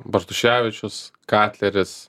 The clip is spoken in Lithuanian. bartuševičius katleris